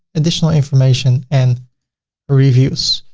additional information and reviews.